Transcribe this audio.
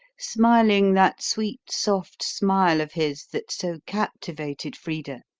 smiling that sweet, soft smile of his that so captivated frida,